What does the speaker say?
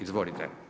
Izvolite.